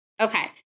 Okay